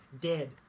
dead